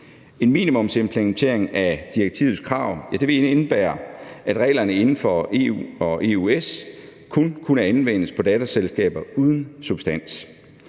En minimumsimplementering af direktivets krav vil indebære, at reglerne inden for EU og EØS kun vil kunne anvendes på datterselskaber uden substans.